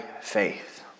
faith